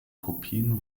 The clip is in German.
kopien